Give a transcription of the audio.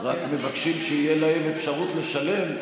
הם רק מבקשים שתהיה להם אפשרות לשלם,